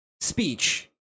speech